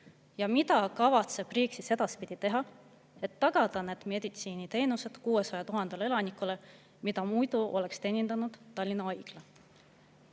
Mida kavatseb riik edaspidi teha, et tagada meditsiiniteenused 600 000 elanikule, keda muidu oleks teenindanud Tallinna Haigla?